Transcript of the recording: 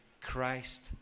Christ